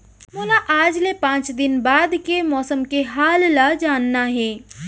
मोला आज ले पाँच दिन बाद के मौसम के हाल ल जानना हे?